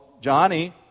Johnny